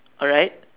alright